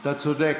אתה צודק.